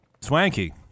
Swanky